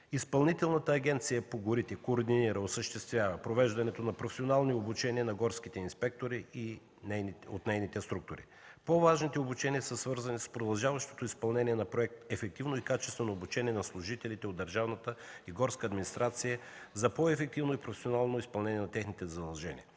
Изпълнителната агенция по горите координира и осъществява провеждането на професионални обучения на горските инспектори от нейните структури. По-важните обучения са свързани с продължаващото изпълнение на проектите, ефективно и качествено обучение на служителите от държавната и горска администрация за по-ефективно и професионално изпълнение на техните задължения.